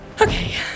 Okay